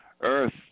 Earth